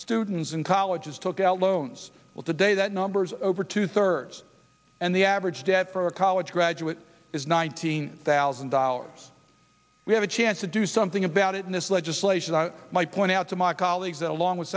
students in colleges took out loans well today that number over two thirds and the average debt for a college graduate is nineteen thousand dollars we have a chance to do something about it in this legislation i might point out to my colleagues that along with